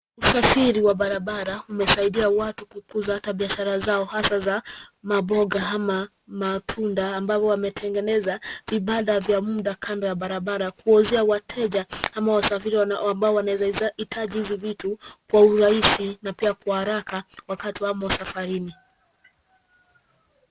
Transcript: Usafiri wa barabara umesaidia watu kukuza hata biashara zao hasa za maboga ama matunda ambavyo wametengeneza vibanda vya muda kando ya barabara kuuzia wateja au wasafiri ambao wanaweza hitaji hizi vitu kwa urahisi na pia kwa haraka wakati wamo safarini.